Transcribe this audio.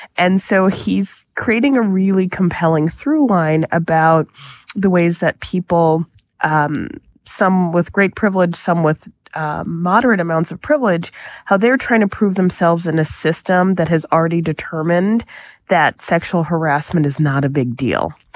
and so he's creating a really compelling through line about the ways that people um some with great privilege some with moderate amounts of privilege how they're trying to prove themselves in a system that has already determined that sexual harassment is not a big deal.